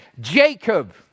Jacob